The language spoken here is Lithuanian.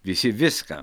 visi viską